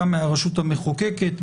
גם מהרשות המחוקקת,